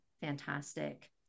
fantastic